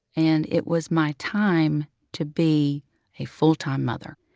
and it was my time to be a full-time mother.